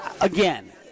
Again